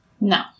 no